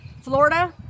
Florida